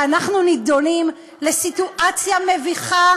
ואנחנו נידונים לסיטואציה מביכה